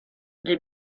les